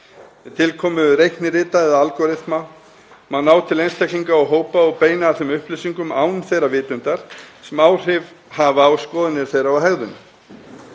tilkomu reiknirita eða algóritma má ná til einstaklinga og hópa og beina að þeim upplýsingum án þeirra vitundar sem áhrif hafa á skoðanir þeirra og hegðun.